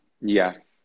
yes